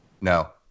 No